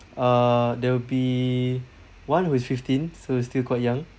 uh there will be one with fifteen so it's still quite young